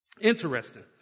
Interesting